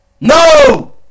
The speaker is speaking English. No